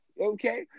Okay